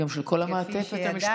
וגם של כל המעטפת המשפחתית.